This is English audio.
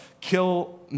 kill